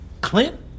Clint